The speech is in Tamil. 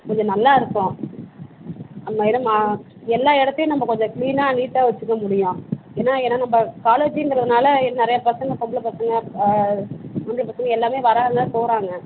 கொஞ்ச நல்லா இருக்கும் அந்த இடம் நான் எல்லா இடத்தையும் நம்ப கொஞ்ச க்ளீனாக நீட்டாக வச்சிக்க முடியும் ஏன்னா ஏன்னா நம்ப காலேஜுங்கிறதுனால நிறையா பசங்க பொம்பளை பசங்க ஆம்பளை பசங்க எல்லாமே வர்றாங்க போகறாங்க